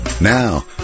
Now